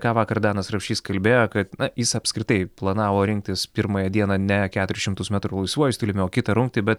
ką vakar danas rapšys kalbėjo kad jis apskritai planavo rinktis pirmąją dieną ne keturis šimtus metrų laisvuoju stiliumi o kitą rungtį bet